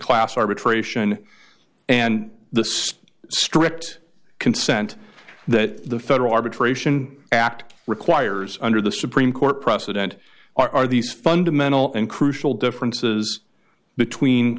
class arbitration and the strict consent that the federal arbitration act requires under the supreme court precedent are these fundamental and crucial differences between